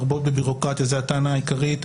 זאת הטענה העיקרית,